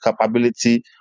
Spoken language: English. capability